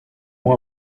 moi